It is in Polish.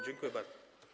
Dziękuję bardzo.